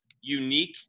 unique